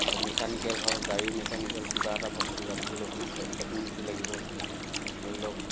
আৰু মেকানিকেল হওক গাড়ীৰ মেকানিকেল কিবা এটা বস্তু জানিবলৈ হ'লে টেকন'ল'জি লাগিব ধৰি লওক